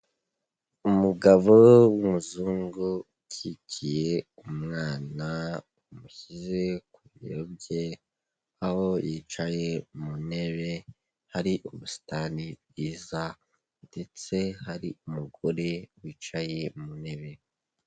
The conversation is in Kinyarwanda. Umugabo w'umuzungu ukikiye umwana amushyize ku bibero bye aho yicaye mu ntebe hari ubusitani bwiza ndetse hari umugore wicaye mu ntebe.